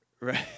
right